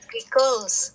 Pickles